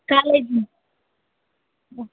college ஆ